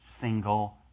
single